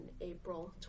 April